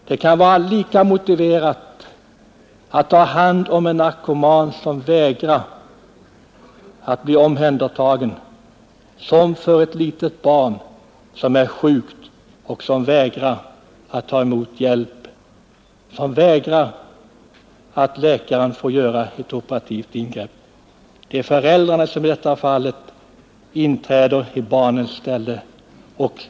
Det kan vara lika motiverat att ta hand om en narkoman som vägrar att bli omhändertagen som att ta hand om ett litet barn som är sjukt och vägrar ta emot hjälp, vägrar att låta läkaren göra ett operativt ingrepp. Det är föräldrarna som i detta fall inträder i barnets ställe.